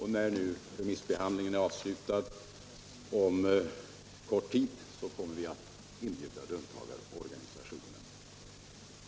När remissbehandlingen om kort tid är avslutad kommer vi att inbjuda löntagarorganisationerna.